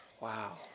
Wow